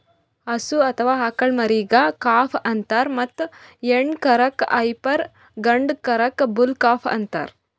ಹಸು ಅಥವಾ ಆಕಳ್ ಮರಿಗಾ ಕಾಫ್ ಅಂತಾರ್ ಮತ್ತ್ ಹೆಣ್ಣ್ ಕರಕ್ಕ್ ಹೈಪರ್ ಗಂಡ ಕರಕ್ಕ್ ಬುಲ್ ಕಾಫ್ ಅಂತಾರ್